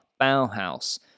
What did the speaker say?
Bauhaus